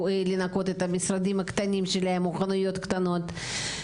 לנקות את המשרדים או את החנויות הקטנות שלהם,